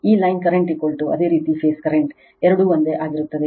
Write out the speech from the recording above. ಆದ್ದರಿಂದ ಈ line current ಅದೇ ರೀತಿ ಫೇಸ್ ಕರೆಂಟ್ ಎರಡೂ ಒಂದೇ ಆಗಿರುತ್ತದೆ